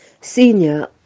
senior